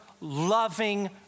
loving